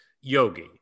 Yogi